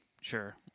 Sure